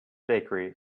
bakery